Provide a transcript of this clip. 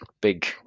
big